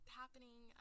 happening